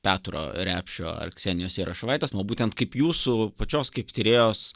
petro repšio ar ksenijos jaroševaitės va būtent kaip jūsų pačios kaip tyrėjos